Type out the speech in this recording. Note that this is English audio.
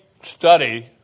study